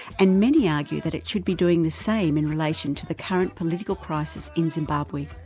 and many argued that it should be doing the same in relation to the current political crisis in zimbabwe.